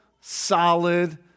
solid